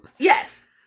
Yes